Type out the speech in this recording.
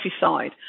side